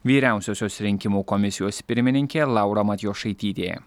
vyriausiosios rinkimų komisijos pirmininkė laura matjošaitytė